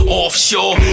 offshore